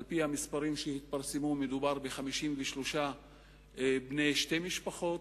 ועל-פי המספרים שהתפרסמו מדובר ב-53 בני שתי משפחות,